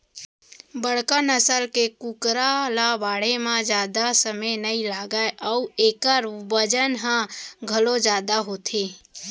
बड़का नसल के कुकरा ल बाढ़े म जादा समे नइ लागय अउ एकर बजन ह घलौ जादा होथे